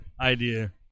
idea